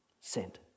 Sent